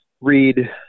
read